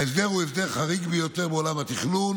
ההסדר הוא הסדר חריג ביותר בעולם התכנון,